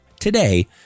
Today